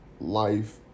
life